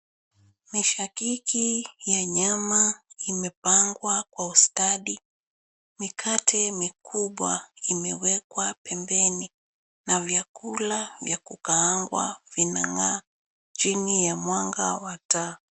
Mishakiki ya nyama imepangwa kwa ustadi, mikate mikubwa imewekwa pembeni na vyakula vya kukaangwa vinang'aa chini ya taa.